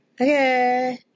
okay